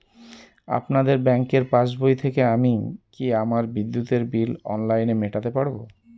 আপনাদের ব্যঙ্কের পাসবই থেকে আমি কি আমার বিদ্যুতের বিল অনলাইনে মেটাতে পারবো?